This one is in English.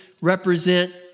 represent